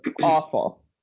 awful